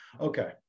Okay